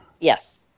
Yes